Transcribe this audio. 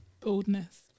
Boldness